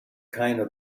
kinda